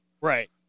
Right